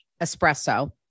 espresso